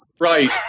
Right